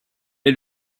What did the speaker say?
est